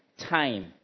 time